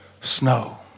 snow